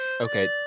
Okay